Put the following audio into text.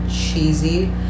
cheesy